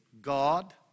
God